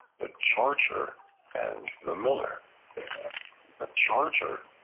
the charger and the miller a charger,